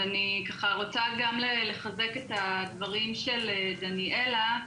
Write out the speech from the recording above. אני רוצה לחזק את הדברים של דניאלה,